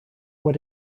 what